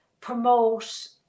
promote